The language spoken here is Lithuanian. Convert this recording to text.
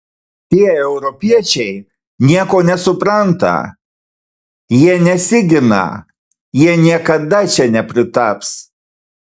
tie europiečiai nieko nesupranta jie nesigina jie niekada čia nepritaps